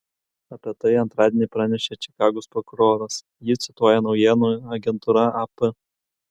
apie tai antradienį pranešė čikagos prokuroras jį cituoja naujienų agentūra ap